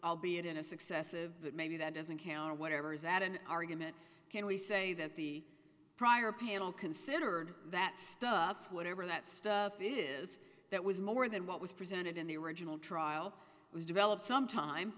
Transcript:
i'll be it in a successive but maybe that doesn't count or whatever is at an argument can we say that the prior panel considered that stuff whatever that stuff it is that was more than what was presented in the original trial was developed some time